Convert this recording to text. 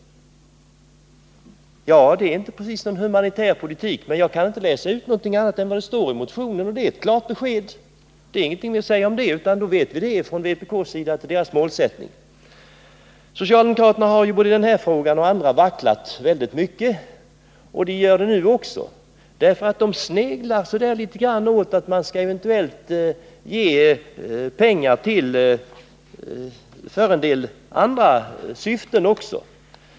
Det är inte precis någon humanitär politik. Men jag kan inte läsa ut något annat än vad det står i motionen. Och det är ett klart besked — det är ingenting att säga om det. Då vet vi att detta är vpk:s målsättning. Socialdemokraterna har både i den här frågan och i andra vacklat mycket, och de gör det nu också. De sneglar litet grand på att man eventuellt skall ge pengar för en del andra syften också.